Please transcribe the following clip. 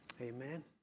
Amen